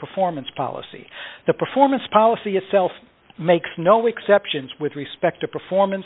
performance policy the performance policy itself makes no exceptions with respect to performance